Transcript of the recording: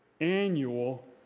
annual